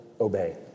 obey